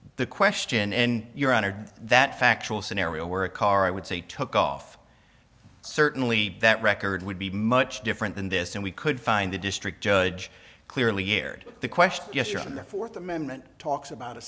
the question in your honored that factual scenario where a car i would say took off certainly that record would be much different than this and we could find the district judge clearly aired the question yes you're on the fourth amendment talks about a